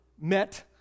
met